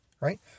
right